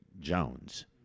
Jones